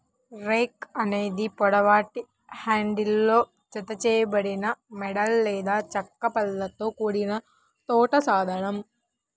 rake అనేది పొడవాటి హ్యాండిల్తో జతచేయబడిన మెటల్ లేదా చెక్క పళ్ళతో కూడిన తోట సాధనం